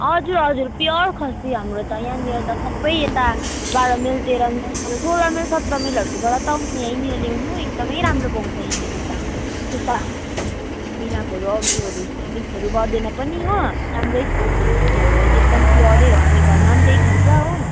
हजुर हजुर प्योर खसी हाम्रो त यहाँनिर त सबै यता बाह्र माइल तेह्र माइल चौध सोल माइल सत्र माइलहरूकोबाट त आउँछ यहीँनेर लिनु एकदमै राम्रो पाउँछ यहाँनिर त त्यस्तो मिलापहरू अरूहरू जस्तो मिक्सहरू गर्दैन पनि हो राम्रै पाउँछ यता चाहिँ हाम्रो चाहिँ एकदम प्योरै हो हामी घरमा पनि त्यही खान्छ हो